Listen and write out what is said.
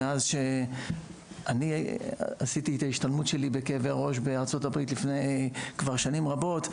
מאז שאני עשיתי את ההשתלמות שלי בכאבי ראש בארצות לפני שנים רבות,